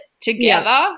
together